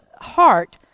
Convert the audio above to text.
heart